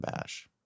Bash